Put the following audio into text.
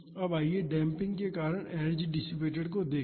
अब आइए डेम्पिंग के कारण एनर्जी डिसिपेटड को देखे